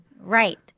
Right